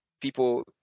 people